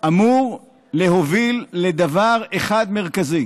אמור להוביל לדבר אחד מרכזי,